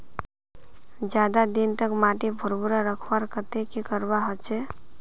ज्यादा दिन तक माटी भुर्भुरा रखवार केते की करवा होचए?